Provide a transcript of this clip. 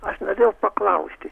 aš norėjau paklausti